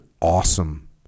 awesome